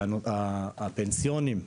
התנאים הפנסיוניים,